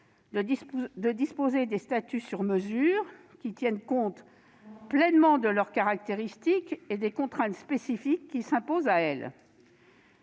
de disposer de statuts sur mesure qui tiennent compte pleinement de leurs caractéristiques et des contraintes spécifiques qui s'imposent à elle.